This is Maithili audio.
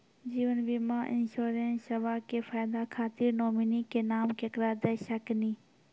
जीवन बीमा इंश्योरेंसबा के फायदा खातिर नोमिनी के नाम केकरा दे सकिनी?